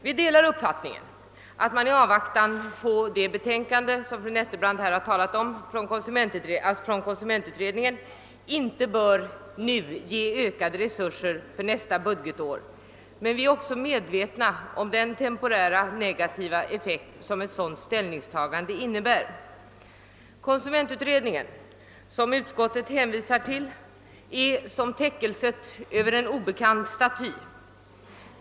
Vi delar uppfattningen att man i avvaktan på konsumentutredningens betänkande — som fru Nettelbrandt nyss har talat om — inte bör föreslå ökade resurser för nästa budgetår, men vi är också medvetna om den temporära negativa effekt som ett sådant ställningstagande innebär. Konsumentutredningen, som utskottet hänvisar till, är som täckelset över en obekant staty.